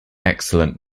excellent